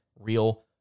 real